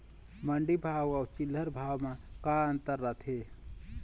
मंडी भाव अउ चिल्हर भाव म का अंतर रथे?